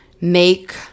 make